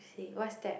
o r c what's that